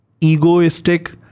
egoistic